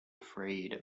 afraid